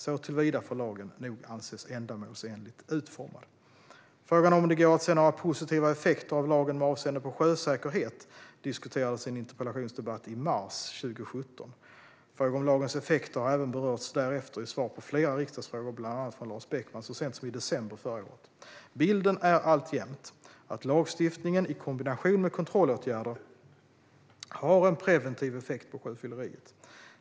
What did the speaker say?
Såtillvida får lagen nog anses ändamålsenligt utformad. Frågan om det går att se några positiva effekter av lagen med avseende på sjösäkerhet diskuterades i en interpellationsdebatt i mars 2017. Frågor om lagens effekter har även berörts därefter i svar på flera riksdagsfrågor, bland annat från Lars Beckman så sent som i december förra året. Bilden är alltjämt att lagstiftningen i kombination med kontrollåtgärder har en preventiv effekt på sjöfylleriet.